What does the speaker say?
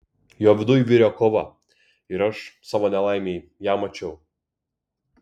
jo viduj virė kova ir aš savo nelaimei ją mačiau